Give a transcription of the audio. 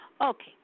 Okay